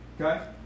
Okay